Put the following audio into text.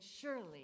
surely